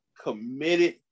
Committed